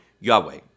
Yahweh